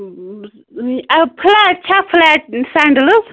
flat چھا flat سیٚنٛڈیلہٕ